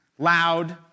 Loud